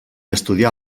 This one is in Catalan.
estudià